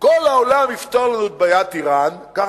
כל העולם יפתור לנו את בעיית אירן, ואנחנו